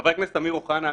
חבר הכנסת אמיר אוחנה,